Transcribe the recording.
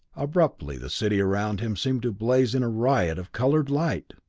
abruptly the city around him seemed to blaze in a riot of colored light!